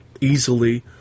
easily